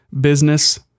business